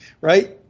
Right